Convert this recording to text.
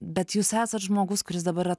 bet jūs esat žmogus kuris dabar yra